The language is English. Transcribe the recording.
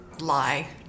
lie